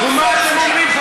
ומה אתם אומרים?